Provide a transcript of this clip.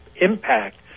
impact